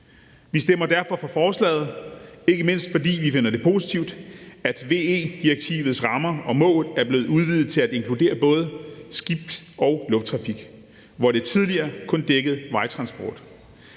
Vi stemmer derfor for forslaget, ikke mindst fordi vi finder det positivt, at VE-direktivets rammer og mål er blevet udvidet til at inkludere både skibs- og lufttrafik, hvor det tidligere kun dækkede vejtransport.